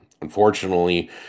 Unfortunately